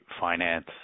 finance